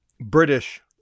British